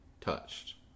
touched